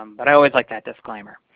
um but i always like that disclaimer.